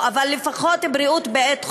אז רפואה מונעת לא, אבל לפחות בריאות בעת חולי.